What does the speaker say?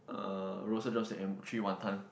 uh roasted drumstick and three wanton